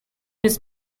this